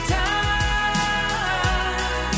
time